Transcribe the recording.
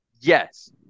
yes